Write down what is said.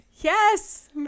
Yes